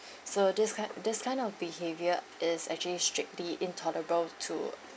so this kind this kind of behaviour is actually strictly intolerable to